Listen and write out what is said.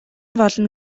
болно